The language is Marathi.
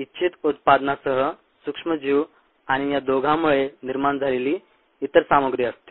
इच्छित उत्पदानासह सूक्ष्मजीव आणि या दोघांमुळे निर्माण झालेली इतर सामग्री असते